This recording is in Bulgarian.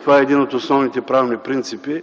Това е един от основните правни принципи.